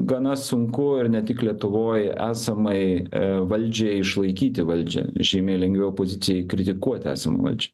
gana sunku ir ne tik lietuvoj esamai valdžiai išlaikyti valdžią žymiai lengviau opozicijai kritikuot esamą valdžią